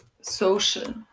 social